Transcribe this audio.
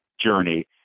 journey